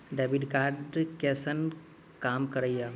Debit card कैसन काम करेया?